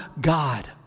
God